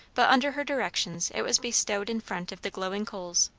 but under her directions it was bestowed in front of the glowing coals.